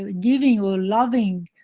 ah giving or loving.